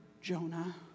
Jonah